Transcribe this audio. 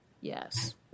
Yes